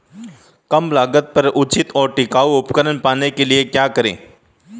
कम लागत पर उचित और टिकाऊ उपकरण पाने के लिए क्या करें?